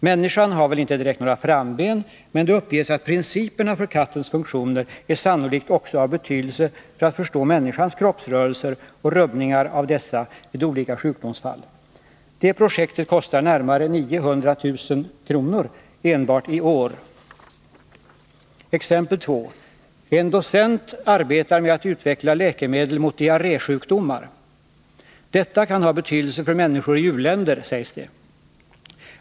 Människan har väl inte direkt några framben, men det uppges att principerna för kattens funktioner sannolikt också är av betydelse för att förstå människans kroppsrörelser och rubbningar av dessa vid olika sjukdomsfall. Det projektet kostar närmare 900 000 kr. enbart i år. 2. En docent arbetar med att utveckla läkemedel mot diarrésjukdomar. Detta kan ha betydelse för människor i u-länder, sägs det.